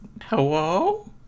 Hello